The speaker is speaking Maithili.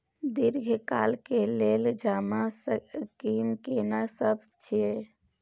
दीर्घ काल के लेल जमा स्कीम केना सब छै?